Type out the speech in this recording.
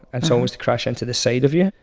and someone was to crash into the side of you?